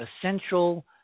essential